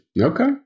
Okay